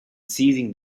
seizing